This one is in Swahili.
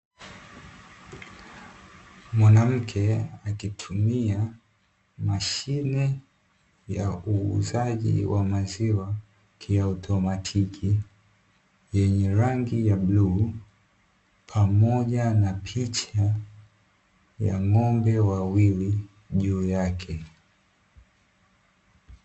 Mwanamke akitumia mashine ya uuzaji wa maziwa kiautomatiki, yenye rangi ya bluu pamoja na picha ya ng'ombe wawili juu yake.